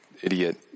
idiot